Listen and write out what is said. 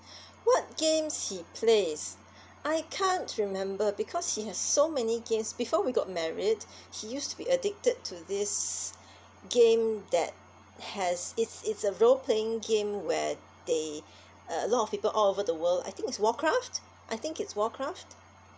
what games he plays I can't remember because he has so many games before we got married he used to be addicted to this game that has it's it's a role playing game where they uh a lot of people all over the world I think it's warcraft I think it's warcraft